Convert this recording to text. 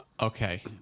Okay